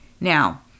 Now